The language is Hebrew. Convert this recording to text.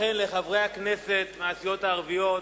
לחברי הכנסת מהסיעות הערביות,